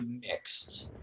mixed